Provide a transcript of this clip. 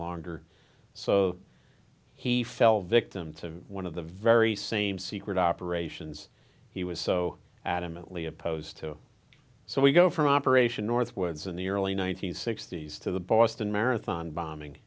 longer so he fell victim to one of the very same secret operations he was so adamantly opposed to so we go from operation northwoods in the early one nine hundred sixty s to the boston marathon bombing